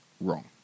wrong